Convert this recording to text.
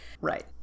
Right